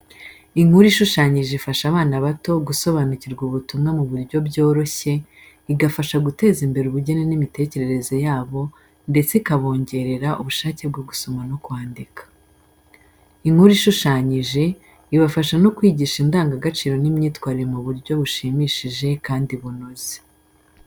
Inkuru ishushanyije ifasha abana bato gusobanukirwa ubutumwa mu buryo byoroshye, igafasha guteza imbere ubugeni n’imitekerereze yabo ndetse ikabongerera ubushake bwo gusoma no kwandika. Inkuru ishushanyije ibafasha no kwigisha indangagaciro n’imyitwarire mu buryo bushimishije kandi bunoze.